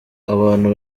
abantu